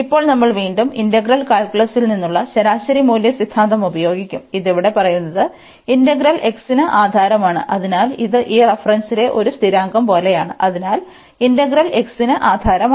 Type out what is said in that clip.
ഇപ്പോൾ നമ്മൾ വീണ്ടും ഇന്റഗ്രൽ കാൽക്കുലസിൽ നിന്നുള്ള ശരാശരി മൂല്യ സിദ്ധാന്തം ഉപയോഗിക്കും ഇത് ഇവിടെ പറയുന്നത് ഇന്റഗ്രൽ x ന് ആധാരമാണ് അതിനാൽ ഇത് ഈ റഫറൻസിലെ ഒരു സ്ഥിരാങ്കം പോലെയാണ് അതിനാൽ ഇന്റഗ്രൽ x ന് ആധാരമാണ്